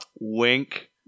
wink